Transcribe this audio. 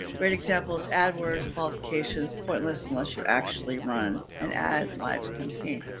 great examples, ad-words qualifications, pointless unless you actually run an ad. lives compete.